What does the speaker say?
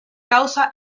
causa